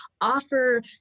offer